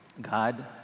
God